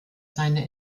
seine